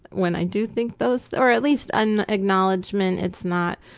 when i do think those, or at least, an acknowledgment, it's not,